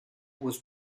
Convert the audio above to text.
was